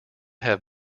have